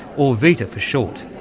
or vitta for short.